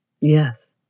Yes